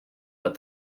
but